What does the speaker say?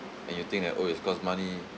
and you think that oh it costs money